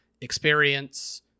experience